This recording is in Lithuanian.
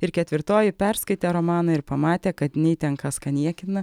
ir ketvirtoji perskaitė romaną ir pamatė kad nei ten kas ką niekina